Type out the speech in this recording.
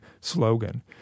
slogan